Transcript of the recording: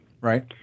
Right